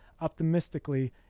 optimistically